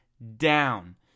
down